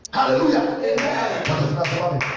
Hallelujah